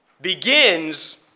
begins